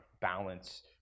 balance